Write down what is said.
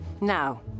Now